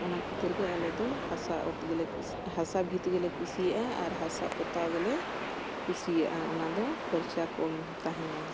ᱚᱱᱟ ᱠᱷᱟᱹᱛᱤᱨ ᱜᱮ ᱟᱞᱮ ᱫᱚ ᱦᱟᱥᱟ ᱚᱛ ᱜᱮᱞᱮ ᱦᱟᱥᱟ ᱵᱷᱤᱛ ᱜᱮᱞᱮ ᱠᱩᱥᱤᱭᱟᱜᱼᱟ ᱟᱨ ᱦᱟᱥᱟ ᱯᱚᱛᱟᱣ ᱜᱮᱞᱮ ᱠᱩᱥᱤᱭᱟᱜᱼᱟ ᱚᱱᱟ ᱫᱚ ᱠᱷᱚᱨᱪᱟ ᱠᱚᱢ ᱛᱟᱦᱮᱱᱟ